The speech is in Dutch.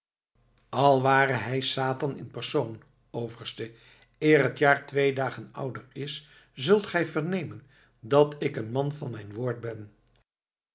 al ware hij satan in persoon overste eer het jaar twee dagen ouder is zult gij vernemen dat ik een man van mijn woord ben